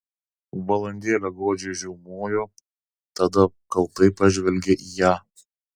valandėlę godžiai žiaumojo tada kaltai pažvelgė į ją